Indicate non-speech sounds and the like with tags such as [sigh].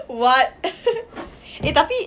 what [laughs] eh tapi